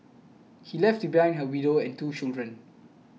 he left behind a widow and two children